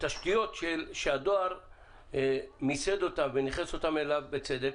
בתשתיות שהדואר מיסד אותן וניכס אותן אליו בצדק,